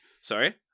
sorry